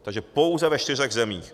Takže pouze ve čtyřech zemích.